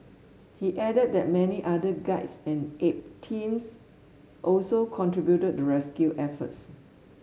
he added that many other guides and aid teams also contributed to rescue efforts